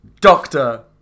Doctor